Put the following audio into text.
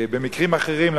במקרים אחרים,